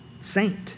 Saint